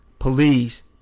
Police